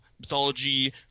mythology